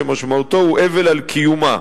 שמשמעותו הוא אבל על קיומה.